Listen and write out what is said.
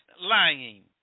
lying